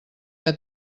que